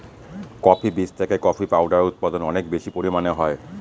coffee বীজ থেকে coffee powder উৎপাদন অনেক বেশি পরিমানে হয়